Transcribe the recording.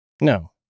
no